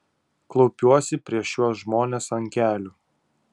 klaupiuosi prieš šiuos žmones ant kelių